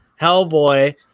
Hellboy